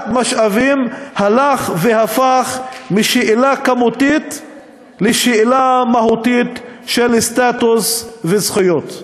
משאבים הלך והפך משאלה כמותית לשאלה מהותית של סטטוס וזכויות".